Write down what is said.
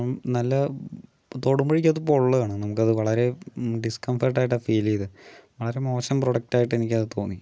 നല്ല തൊടുമ്പോഴേക്ക് അത് പൊള്ളുവാണ് നമുക്കത് വളരെ ഡിസ്കഫർട്ടായിട്ടാ ഫീല് ചെയ്തത് വളരെ മോശം പ്രോഡക്റ്റായിട്ട് എനിക്കത് തോന്നി